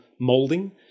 molding